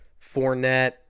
Fournette